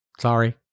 sorry